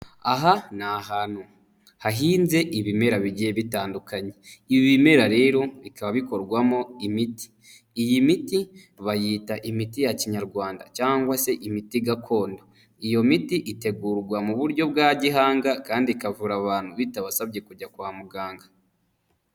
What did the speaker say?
Aha ni ahantu hahinze ibimera bigiye bitandukanye, ibi bimera rero bikaba bikorwamo imiti, iyi miti bayita imiti ya kinyarwanda cyangwa se imiti gakondo, iyo miti itegurwa mu buryo bwa gihanga kandi ikavura abantu bitabasabye kujya kwa muganga.